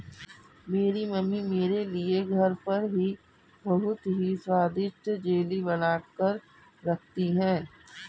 मेरी मम्मी मेरे लिए घर पर ही बहुत ही स्वादिष्ट जेली बनाकर रखती है